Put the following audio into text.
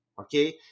okay